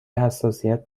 حساسیت